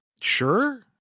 Sure